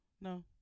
No